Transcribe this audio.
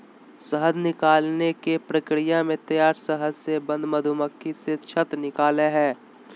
शहद निकालने के प्रक्रिया में तैयार शहद से बंद मधुमक्खी से छत्त से निकलैय हइ